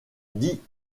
dit